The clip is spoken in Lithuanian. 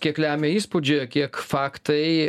kiek lemia įspūdžiai o kiek faktai